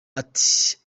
ati